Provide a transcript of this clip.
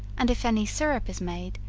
and if any syrup is made,